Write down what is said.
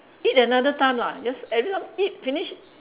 eat another time lah yes everytime eat finish